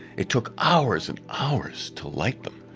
it took hours and hours to light them.